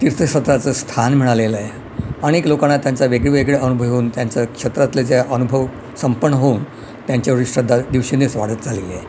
तीर्थक्षेत्राचं स्थान मिळालेलं आहे अनेक लोकांना त्यांचा वेगळेवेगळे अनुभव येऊन त्यांच्या क्षेत्रातले जे अनुभव संपन्न होऊन त्यांच्यावरील श्रद्धा दिवसेंदिवस वाढत चाललेली आहे